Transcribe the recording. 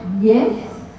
yes